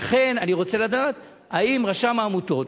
ולכן אני רוצה לדעת האם רשם העמותות,